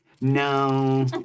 No